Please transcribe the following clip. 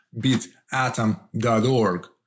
BitAtom.org